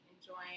enjoying